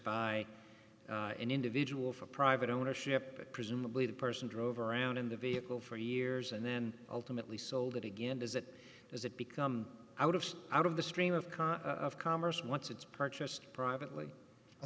by an individual for private ownership presumably the person drove around in the vehicle for years and then ultimately sold it again does that does it become out of sight out of the stream of car of commerce once it's purchased privately i